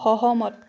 সহমত